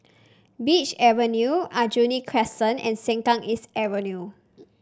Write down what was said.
Beach Road Aljunied Crescent and Sengkang East Avenue